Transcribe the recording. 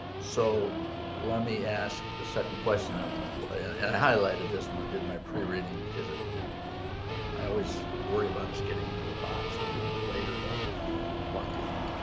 so let me ask the second question ah and i highlighted this one that did my pre reading because it it i always worry about us getting into a box that we later don't want to be in